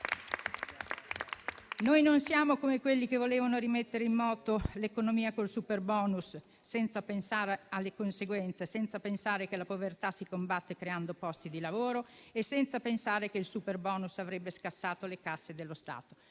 Noi non siamo come quelli che volevano rimettere in moto l'economia col superbonus, senza pensare alle conseguenze, senza pensare che la povertà si combatte creando posti di lavoro e senza pensare che il superbonus avrebbe scassato le casse dello Stato.